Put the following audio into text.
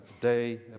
day